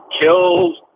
killed